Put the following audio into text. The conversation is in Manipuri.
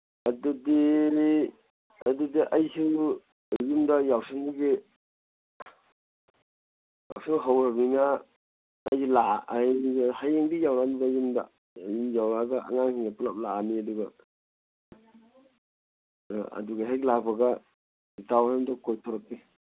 ꯑꯗꯨꯗꯤ ꯑꯗꯨꯗꯤ ꯑꯩꯁꯨ ꯌꯨꯝꯗ ꯌꯥꯎꯁꯪꯒꯤ ꯌꯥꯎꯁꯪ ꯍꯧꯔꯃꯤꯅ ꯍꯌꯦꯡꯗꯤ ꯌꯧꯔꯛꯑꯅꯤꯗ ꯌꯨꯝꯗ ꯌꯨꯝ ꯌꯧꯔꯛꯑꯒ ꯑꯉꯥꯡꯁꯤꯡꯒ ꯄꯨꯂꯞ ꯂꯥꯛꯑꯅꯤ ꯑꯗꯨꯒ ꯑꯗꯨꯒ ꯍꯦꯛ ꯂꯥꯛꯄꯒ ꯏꯇꯥꯎ ꯍꯣꯏ ꯔꯣꯝꯗ ꯀꯣꯏꯊꯣꯔꯛꯀꯦ